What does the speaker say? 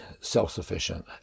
self-sufficient